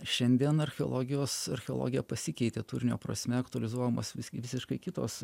šiandien archeologijos archeologija pasikeitė turinio prasme aktualizuojamos visgi visiškai kitos